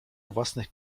własnych